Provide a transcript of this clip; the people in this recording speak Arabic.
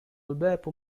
الباب